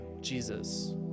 Jesus